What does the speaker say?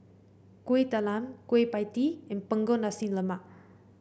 Kuih Talam Kueh Pie Tee and Punggol Nasi Lemak